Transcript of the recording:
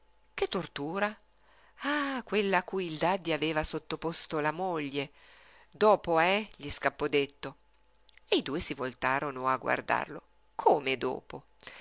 che tortura ah quella a cui il daddi aveva sottoposto la moglie dopo eh gli scappò detto e i due si voltarono a guardarlo come dopo